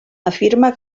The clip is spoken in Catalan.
afirma